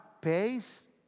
pays